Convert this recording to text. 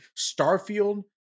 starfield